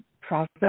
process